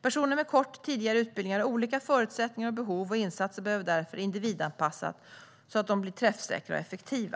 Personer med kort tidigare utbildning har olika förutsättningar och behov, och insatserna behöver därför individanpassas så att de blir träffsäkra och effektiva.